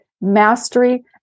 mastery